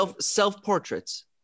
self-portraits